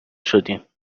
شدیم